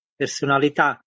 personalità